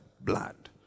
blood